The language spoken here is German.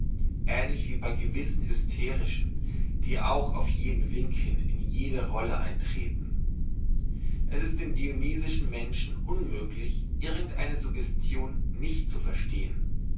ähnlich wie bei gewissen hysterischen die auch auf jeden wink hin in je de rolle eintreten es ist dem dionysischen menschen unmöglich irgend eine suggestion nicht zu verstehn